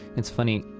it's funny.